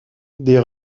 des